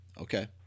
Okay